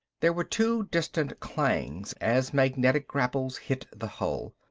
there were two distant clangs as magnetic grapples hit the hull.